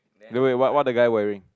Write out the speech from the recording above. wait wait what what the guy wearing